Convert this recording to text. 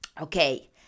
okay